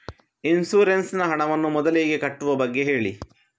insurance ನ ಹಣವನ್ನು ಮೊದಲಿಗೆ ಕಟ್ಟುವ ಬಗ್ಗೆ ಹೇಳಿ